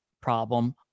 problem